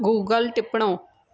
Google टिपणों